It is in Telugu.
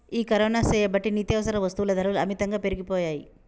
ఈ కరోనా సేయబట్టి నిత్యావసర వస్తుల ధరలు అమితంగా పెరిగిపోయాయి